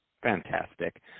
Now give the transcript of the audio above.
Fantastic